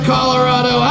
Colorado